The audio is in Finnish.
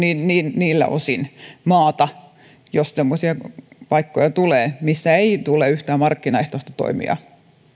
niillä osin maata jos semmoisia paikkoja tulee missä ei tule yhtään markkinaehtoista toimijaa